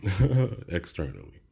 externally